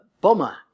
bomber